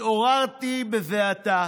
התעוררתי בבעתה.